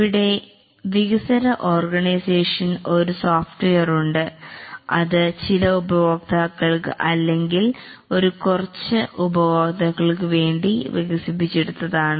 ഇവിടെ വികസ്വര ഓർഗനൈസേഷൻ ഒരു സോഫ്റ്റ്വെയർ ഉണ്ട് അത് ചില ഉപഭോക്താക്കൾക്ക് അല്ലെങ്കിൽ കുറച്ച് ഉപഭോക്താക്കൾക്കു വേണ്ടി വികസിപ്പിച്ചെടുത്തതാണ്